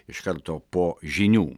iš karto po žinių